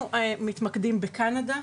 אנחנו מתמקדים בקנדה.